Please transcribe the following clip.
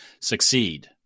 succeed